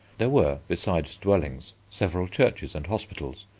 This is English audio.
there were, besides dwellings, several churches and hospitals,